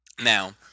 Now